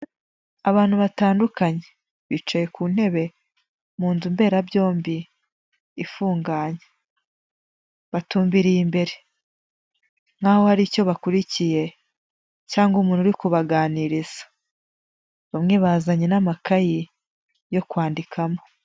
Abantu batandukanye bicaye ku ntebe mu nzu mberabyombi ifunganye, batumbiriye imbere nk'aho haricyo bakurikiye cyangwa umuntu uri kubaganiriza bamwe bazanye n'amakayi yo kwandikamo.